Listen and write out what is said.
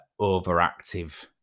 overactive